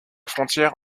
frontière